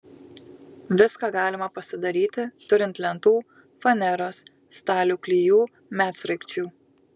viską galima pasidaryti turint lentų faneros stalių klijų medsraigčių